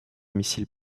missile